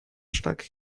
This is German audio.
stark